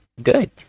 good